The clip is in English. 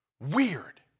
Weird